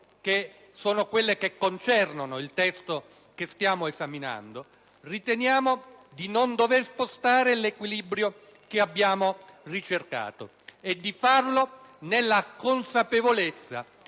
che sono quelle che concernono il testo che stiamo esaminando, riteniamo di non dover spostare l'equilibrio che abbiamo ricercato e di farlo nella consapevolezza